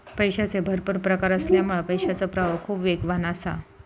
पैशाचे भरपुर प्रकार असल्यामुळा पैशाचो प्रवाह खूप वेगवान असा